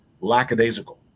lackadaisical